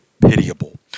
pitiable